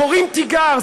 קוראים תיגר,